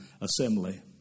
assembly